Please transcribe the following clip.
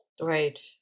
Right